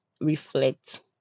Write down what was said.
reflect